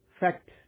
Fact